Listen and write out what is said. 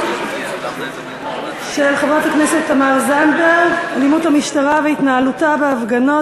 לסדר-היום: אלימות המשטרה והתנהלותה בהפגנות